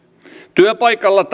työpaikalla